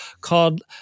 called